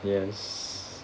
yes